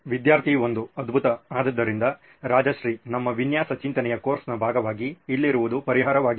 ವಿದ್ಯಾರ್ಥಿ 1 ಅದ್ಭುತ ಆದ್ದರಿಂದ ರಾಜಶ್ರೀ ನಮ್ಮ ವಿನ್ಯಾಸ ಚಿಂತನೆಯ ಕೋರ್ಸ್ನ ಭಾಗವಾಗಿ ಇಲ್ಲಿರುವುದು ಪರಿಹಾರವಾಗಿದೆ